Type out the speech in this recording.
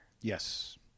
Yes